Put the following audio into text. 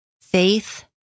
faith